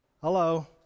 hello